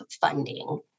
funding